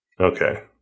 Okay